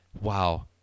wow